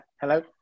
Hello